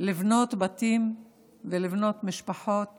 לבנות בתים ולבנות משפחות